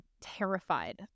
terrified